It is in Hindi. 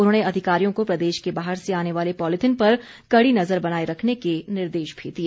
उन्होंने अधिकारियों को प्रदेश के बाहर से आने वाले पॉलिथीन पर कड़ी नजर बनाए रखने के निर्देश भी दिए